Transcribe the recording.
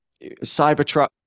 cybertruck